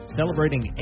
celebrating